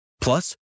Plus